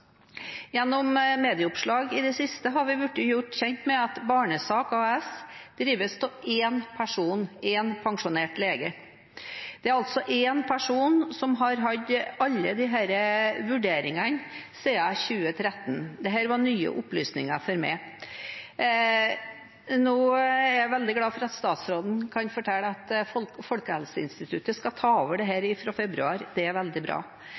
Gjennom medieoppslag i det siste har vi blitt gjort kjent med at Barnesak AS drives av én person, én pensjonert lege. Det er altså én person som har hatt alle disse vurderingene siden 2013. Dette var nye opplysninger for meg. Jeg er veldig glad for at statsråden kan fortelle at Folkehelseinstituttet skal ta over dette fra februar – det er veldig bra.